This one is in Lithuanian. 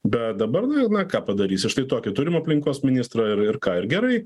bet dabar na na ką padarysi štai tokį turim aplinkos ministrą ir ir ką ir gerai